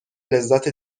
لذت